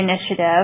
Initiative